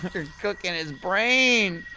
cooking cooking his brain!